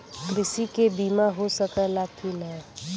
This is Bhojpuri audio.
कृषि के बिमा हो सकला की ना?